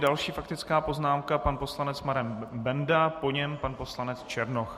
Další faktická poznámka pan poslanec Marek Benda, po něm pan poslanec Černoch.